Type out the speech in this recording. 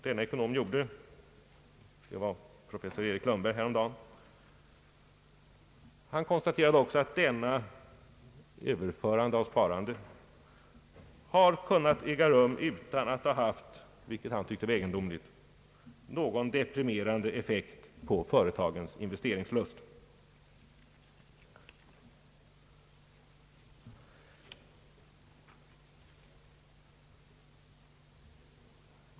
Denna ekonom — det var professor Erik Lundberg — konstaterade också att denna överföring av sparande har kunnat äga rum utan att ha haft — vilket han tycker är egendomligt — någon deprimerande effekt på företagens investeringslust.